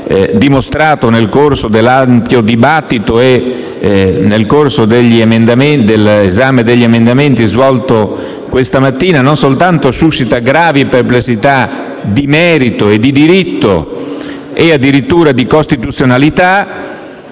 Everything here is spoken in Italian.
dimostrato nel corso dell'ampio dibattito e dell'esame degli emendamenti svolto questa mattina - gravi perplessità di merito e di diritto e addirittura di costituzionalità,